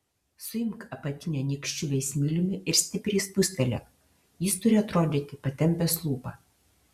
suimk apatinę nykščiu bei smiliumi ir stipriai spustelėk jis turi atrodyti patempęs lūpą